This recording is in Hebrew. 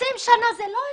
20 שנים זה לא השתנה.